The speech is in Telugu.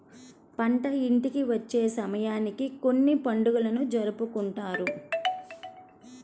పంట ఇంటికి వచ్చే సమయానికి కొన్ని పండుగలను జరుపుకుంటారు